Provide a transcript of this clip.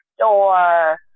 door